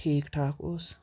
ٹھیٖک ٹھاک اوس